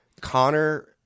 Connor